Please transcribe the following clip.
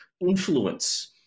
influence